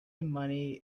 money